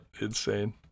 insane